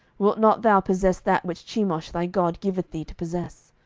wilt not thou possess that which chemosh thy god giveth thee to possess?